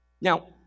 Now